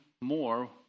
more